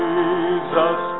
Jesus